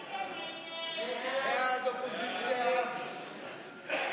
הצעת סיעות ימינה וישראל ביתנו להביע